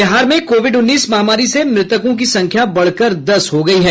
बिहार में कोविड उन्नीस महामारी से मृतकों की संख्या बढ़कर दस हो गयी है